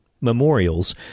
memorials